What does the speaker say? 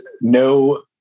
no